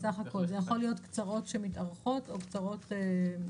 זה יכול להיות תקופות קצרות שמתארכות או קצרות במצטבר.